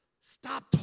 Stop